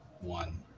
One